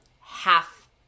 half